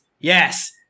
Yes